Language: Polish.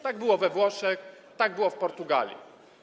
Tak było we Włoszech, tak było w Portugalii.